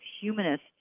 humanist